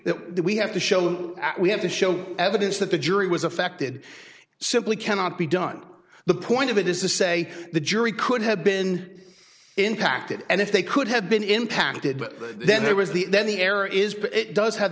that we have to show that we have to show evidence that the jury was affected simply cannot be done the point of it is the say the jury could have been impacted and if they could have been impacted then there was the then the error is but it does have